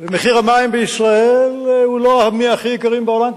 מחיר המים בישראל הוא לא מהכי יקרים בעולם,